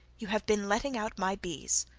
you have been letting out my bees,